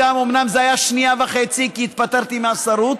אומנם זה היה שנייה וחצי, כי התפטרתי מהשירות,